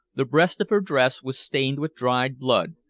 the breast of her dress was stained with dried blood,